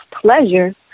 pleasure